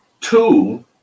Two